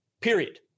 period